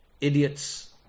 Idiots